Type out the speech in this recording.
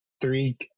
three